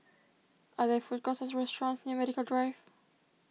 are there food courts or restaurants near Medical Drive